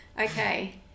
Okay